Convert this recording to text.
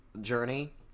journey